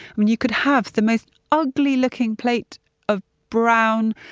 and you could have the most ugly looking plate of brown,